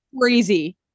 crazy